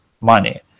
money